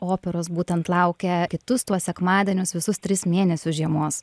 operos būtent laukia kitus tuos sekmadienius visus tris mėnesius žiemos